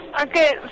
Okay